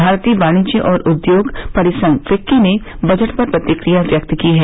भारतीय वाणिज्य और उद्योग परिसंघ फिक्की ने बजट पर प्रतिक्रिया व्यक्त की है